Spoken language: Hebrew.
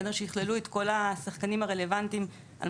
שיכללו את כל השחקנים הרלוונטיים על